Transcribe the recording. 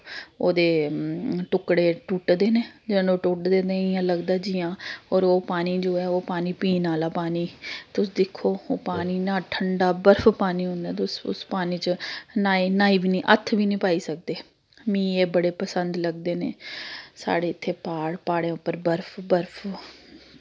ओह्दे टुकड़े टुटदे न जदूं टुटदे ते इ'यां लगदा जि'यां होर ओह् पानी जो ऐ पीन आह्ला पानी तुस दिक्खो ओह् पानी इन्ना ठंडा बर्फ पानी होंदा ऐ तुस उस पानी च न्हाई न्हाई बी निं हत्थ बी नी पाई सकदे मी एह् बड़े पसंद लगदे न साढ़े इत्थै प्हाड़ प्हाड़ें उप्पर बर्फ बर्फ